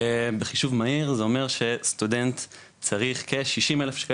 בחישוב מהיר זה אומר שסטודנט צריך סכום של 60,000 ₪